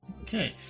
Okay